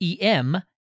EM